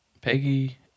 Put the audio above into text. Peggy